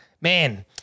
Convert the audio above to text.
Man